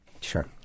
Sure